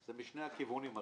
זה משני הכיוונים.